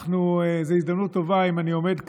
זאת הזדמנות טובה, אם אני עומד כאן,